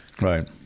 right